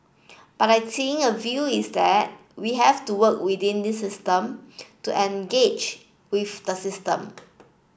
but I think a view is that we have to work within this system to engage with the system